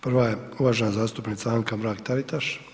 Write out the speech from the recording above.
Prva je uvažena zastupnica Anka Mrak Taritaš.